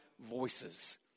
Voices